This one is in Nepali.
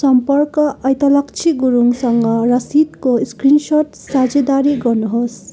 सम्पर्क ऐतलक्षी गुरुङसँग रसिदको स्क्रिनसट साझेदारी गर्नुहोस्